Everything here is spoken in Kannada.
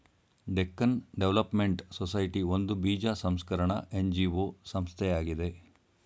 ಡೆಕ್ಕನ್ ಡೆವಲಪ್ಮೆಂಟ್ ಸೊಸೈಟಿ ಒಂದು ಬೀಜ ಸಂಸ್ಕರಣ ಎನ್.ಜಿ.ಒ ಸಂಸ್ಥೆಯಾಗಿದೆ